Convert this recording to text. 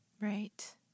Right